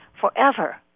forever